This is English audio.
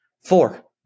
Four